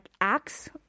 acts